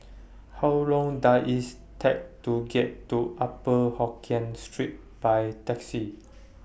How Long Does IT Take to get to Upper Hokkien Street By Taxi